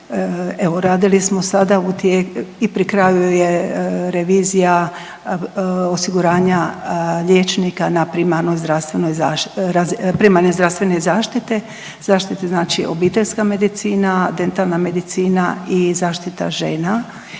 uradili smo do sada i pri kraju je revizija osiguranja liječnika na primarnoj zdravstvenoj zaštiti, primarne zdravstvene zaštite, zaštite znači obiteljska medicina, dentalna medicina i zaštita žena